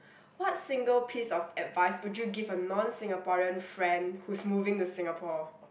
what single piece of advice would you give a non-Singaporean friend who's moving to Singapore